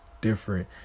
different